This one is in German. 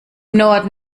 norden